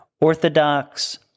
orthodox